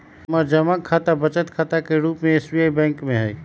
हमर जमा खता बचत खता के रूप में एस.बी.आई बैंक में हइ